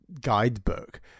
guidebook